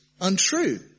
Untrue